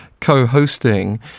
co-hosting